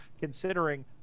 considering